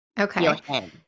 Okay